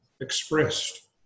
expressed